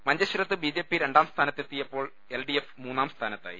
മഞ്ചേശ്വരത്ത് ബിജെപി രണ്ടാം സ്ഥാനത്തെത്തിയപ്പോൾ എൽഡിഎഫ് മൂന്നാം സ്ഥാനത്തായി